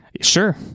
sure